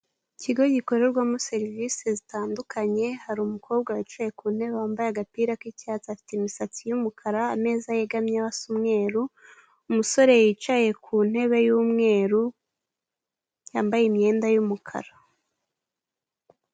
Ikigo gikorerwamo serivisi zitandukanye, hariru umukobwa wicaye ku ntebe wambaye agapira k'icyatsi, afite imisatsi y'umukara, ameza yegamyeho asa mweru, umusore yicaye ku ntebe y'umweru yambaye imyenda y'umukara.